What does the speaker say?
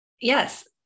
Yes